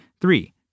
three